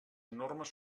normes